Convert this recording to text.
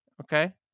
Okay